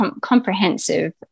comprehensive